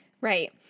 Right